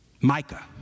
Micah